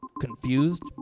Confused